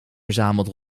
verzameld